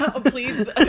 Please